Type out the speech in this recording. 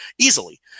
easily